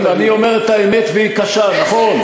אני אומר את האמת והיא קשה, נכון.